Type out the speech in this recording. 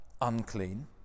unclean